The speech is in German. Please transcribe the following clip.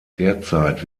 derzeit